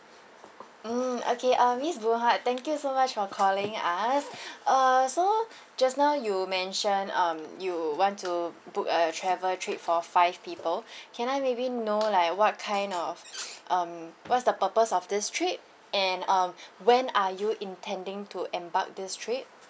mm okay uh miss boon huat thank you so much for calling us uh so just now you mention um you want to book a travel trip for five people can I maybe know like what kind of um what's the purpose of this trip and um when are you intending to embark this trip